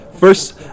First